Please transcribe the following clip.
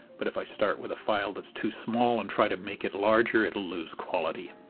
but if i start with a file that's too small and try to make it larger it'll lose quality.